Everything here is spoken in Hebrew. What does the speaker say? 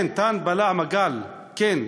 כן, תן בלע מגל, כן,